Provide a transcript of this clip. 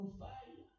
fire